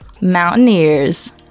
mountaineers